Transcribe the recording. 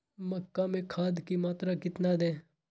मक्का में खाद की मात्रा कितना दे?